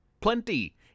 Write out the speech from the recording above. Plenty